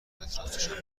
اطرافشان